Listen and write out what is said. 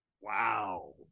Wow